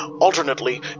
alternately